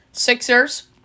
Sixers